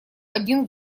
один